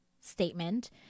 statement